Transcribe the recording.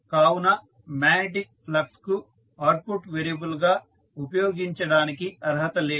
కావున magnetic flux కు output variable గా ఉపయోగించడానికి అర్హత లేదు